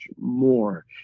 more